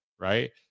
right